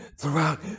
throughout